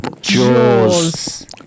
Jaws